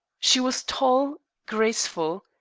she was tall, graceful,